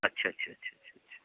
अच्छा अच्छा अच्छा छा छा